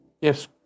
Yes